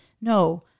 no